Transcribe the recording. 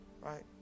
Right